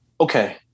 Okay